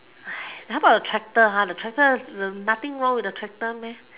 how about the tractor ah the tractor nothing wrong with the tractor meh